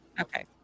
Okay